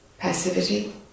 Passivity